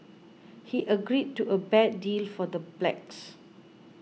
he agreed to a bad deal for the blacks